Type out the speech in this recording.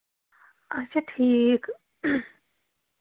اچھا ٹھیٖک